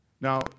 Now